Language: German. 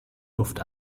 luft